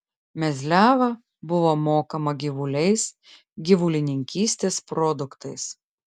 mezliava buvo mokama gyvuliais gyvulininkystės produktais